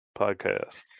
podcast